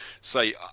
say